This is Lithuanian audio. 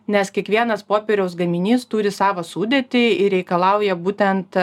nes kiekvienas popieriaus gaminys turi savo sudėtį ir reikalauja būtent